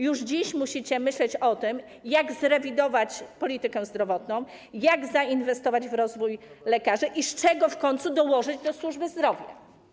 Już dziś musicie myśleć o tym, jak zrewidować politykę zdrowotną, jak zainwestować w rozwój lekarzy i z czego w końcu dołożyć do służby zdrowia.